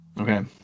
Okay